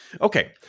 Okay